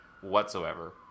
whatsoever